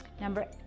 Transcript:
Number